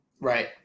Right